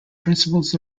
principles